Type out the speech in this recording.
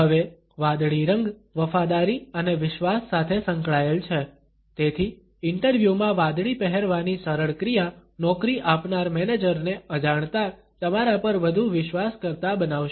હવે વાદળી રંગ વફાદારી અને વિશ્વાસ સાથે સંકળાયેલ છે તેથી ઇન્ટરવ્યૂમાં વાદળી પહેરવાની સરળ ક્રિયા નોકરી આપનાર મેનેજર ને અજાણતાં તમારા પર વધુ વિશ્વાસ કરતા બનાવશે